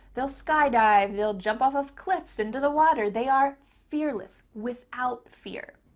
they'll skydive. they'll jump off of cliffs into the water. they are fearless. without fear.